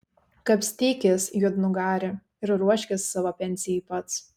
kapstykis juodnugari ir ruoškis savo pensijai pats